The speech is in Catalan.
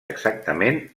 exactament